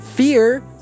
Fear